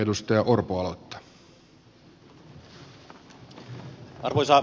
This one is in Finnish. arvoisa herra puhemies